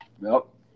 Nope